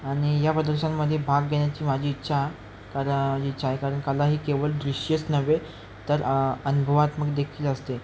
आणि या प्रदर्शनमध्ये भाग घेण्याची माझी इच्छा कला माझी इच्छा आहे कारण कला ही केवळ दृश्यास नव्हे तर अनुभवात्मक देखील असते